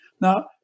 Now